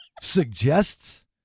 suggests